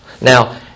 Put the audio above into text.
Now